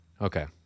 Okay